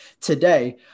today